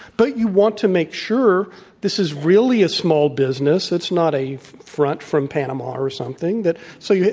but you want to make sure this is really a small business it's not a front from pa nama or something that so, you